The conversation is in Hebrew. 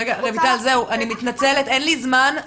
רויטל, אני מתנצלת, אין לי זמן.